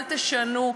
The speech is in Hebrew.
אל תשנו,